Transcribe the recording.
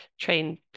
train